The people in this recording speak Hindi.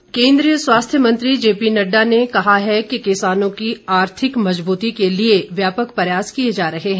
नडडा केन्द्रीय स्वास्थ्य मंत्री जेपी नड्डा ने कहा है कि किसानों की आर्थिक मजबूती के लिए व्यापक प्रयास किए जा रहे हैं